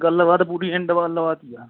ਗੱਲ ਬਾਤ ਪੂਰੀ ਐਂਡ ਗੱਲ ਬਾਤ ਹੀ ਆ